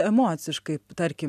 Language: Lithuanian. emociškai tarkim